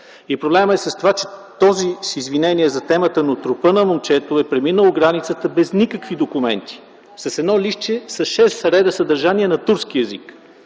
Проблемът е в това, с извинение за темата, че трупът на момчето е преминал границата без никакви документи, с едно листче с шест реда съдържание на турски език.